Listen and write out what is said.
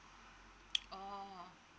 oh